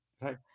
Right